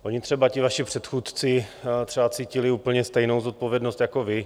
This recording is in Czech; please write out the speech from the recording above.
Oni ti vaši předchůdci třeba cítili úplně stejnou zodpovědnost jako vy.